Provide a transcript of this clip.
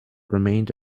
remained